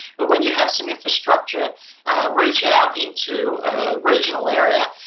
but when you have some infrastructure reach out into a regional area,